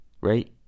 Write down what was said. right